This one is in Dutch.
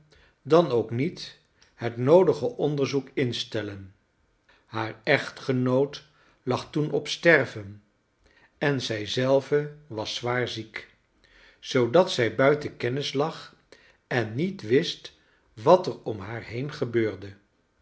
dan ook niet het noodige onderzoek instellen haar echtgenoot lag toen op sterven en zij zelve was zwaar ziek zoodat zij buiten kennis lag en niet wist wat er om haar heen gebeurde